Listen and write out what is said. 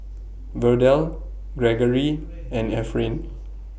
Verdell Greggory and Efrain